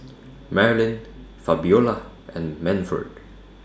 Marylin Fabiola and Manford